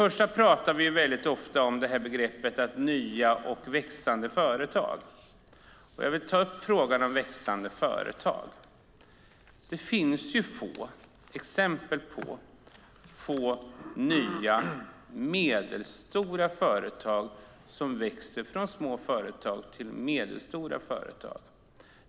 Vi pratar väldigt ofta om begreppet "nya och växande företag", och jag vill ta upp frågan om växande företag. Det finns få exempel på företag som växer från små företag till medelstora företag.